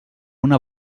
una